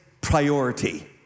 priority